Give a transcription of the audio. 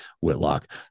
Whitlock